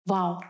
Wow